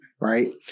Right